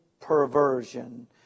perversion